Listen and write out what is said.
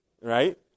right